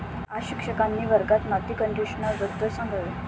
आज शिक्षकांनी वर्गात माती कंडिशनरबद्दल सांगावे